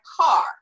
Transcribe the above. car